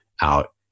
out